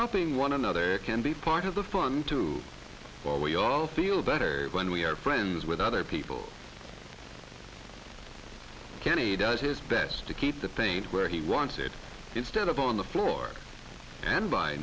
helping one another can be part of the fun too for we all feel better when we are friends with other people can a does his best to keep the paint where he wants it instead of on the floor and by